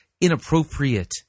inappropriate